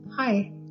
Hi